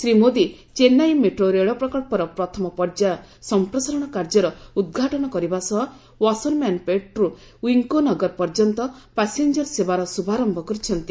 Shri Modi Chennai metro ରେଳ ପ୍ରକଳ୍ପର ପ୍ରଥମ ପର୍ଯ୍ୟାୟ ସମ୍ପ୍ରସାରଣ କାର୍ଯ୍ୟର ଉଦ୍ଘାଟନ କରିବା ସହ ଓ୍ୱାସରମ୍ୟାନ୍ପେଟ୍ ର ୱିକ୍କୋ ନଗର ପର୍ଯ୍ୟନ୍ତ ପାସେଞ୍ଜର ସେବାର ଶ୍ରଭାରମ୍ଭ କରିଛନ୍ତି